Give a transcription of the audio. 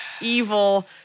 evil